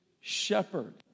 shepherd